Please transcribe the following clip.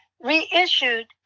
reissued